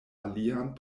alian